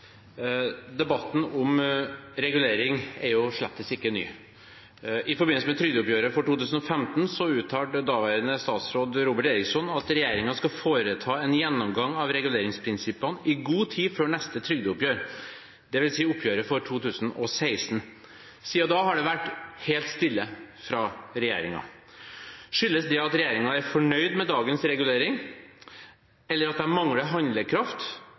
2015 uttalte daværende statsråd Robert Eriksson at regjeringen «skal foreta en gjennomgang av reguleringsprinsippene i god tid før neste trygdeoppgjør.» – dvs. oppgjøret for 2016. Siden da har det vært helt stille fra regjeringen. Skyldes det at regjeringen er fornøyd med dagens regulering, mangler de handlekraft, eller er de rett og slett så uenige internt at